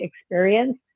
experience